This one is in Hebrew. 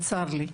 צר לי.